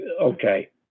Okay